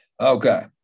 Okay